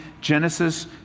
Genesis